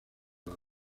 las